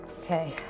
Okay